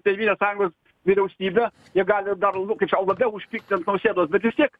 tėvynės sąjungos vyriausybe jie gali dar labiau kaip čia labiau užpykti nausėdos bet vis tiek